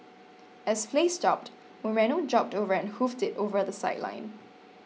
as play stopped Moreno jogged over and hoofed it over the sideline